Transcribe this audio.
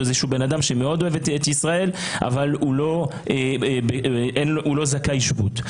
או בן אדם שמאוד אוהב את ישראל אבל הוא לא זכאי שבות.